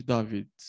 David